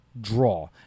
draw